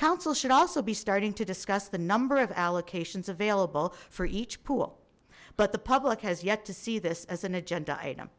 council should also be starting to discuss the number of allocations available for each pool but the public has yet to see this as an agenda item